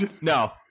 no